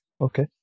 Okay